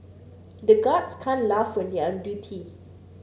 the guards can't laugh when they are on duty